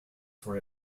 for